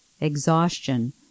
exhaustion